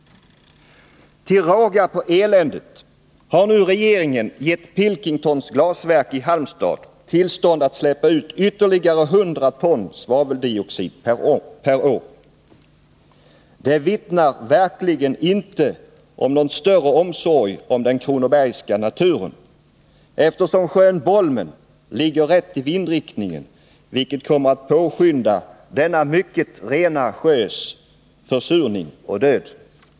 Till råga på eländet har regeringen nu gett Pilkingtons glasverk i Halmstad tillstånd att släppa ut ytterligare 100 ton svaveldioxid per år. Detta vittnar verkligen inte om någon större omsorg om den kronobergska naturen, eftersom sjön Bolmen ligger rätt i vindriktningen, vilket kommer att påskynda denna mycket rena sjös försurning och död.